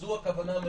זו הכוונה המרכזית.